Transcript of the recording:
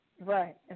Right